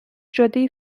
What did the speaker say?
جاده